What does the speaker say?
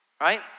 right